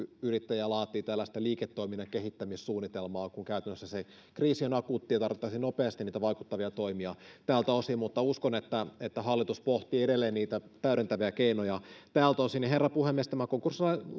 yrittäjä laatii tällaista liiketoiminnan kehittämissuunnitelmaa kun käytännössä se kriisi on akuutti ja tarvittasiin nopeasti niitä vaikuttavia toimia tältä osin mutta uskon että hallitus pohtii edelleen niitä täydentäviä keinoja tältä osin herra puhemies tämä koko